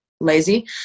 lazy